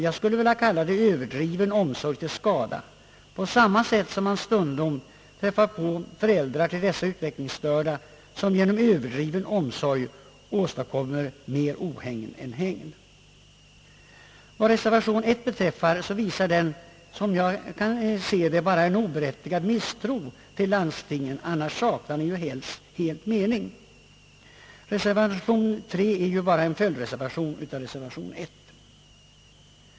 Jag skulle vilja kalla det överdriven omsorg till skada på samma sätt som en del föräldrar till dessa utvecklingsstörda barn genom överdriven omsorg stundom kan åstadkomma mera ohägn än hägn. Reservation I visar, som jag ser det, bara en oberättigad misstro till landstingen. Annars saknar den helt mening. Reservation III är ju bara en följdreservation till reservation I.